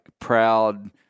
proud